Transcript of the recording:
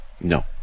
no